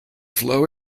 flow